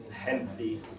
healthy